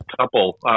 couple